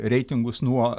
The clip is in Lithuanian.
reitingus nuo